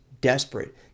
desperate